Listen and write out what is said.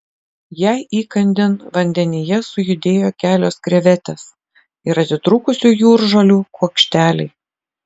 jai įkandin vandenyje sujudėjo kelios krevetės ir atitrūkusių jūržolių kuokšteliai